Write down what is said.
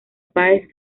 páez